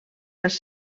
els